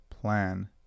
plan